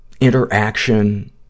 interaction